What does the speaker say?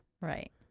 right